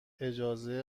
اجازه